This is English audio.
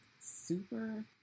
super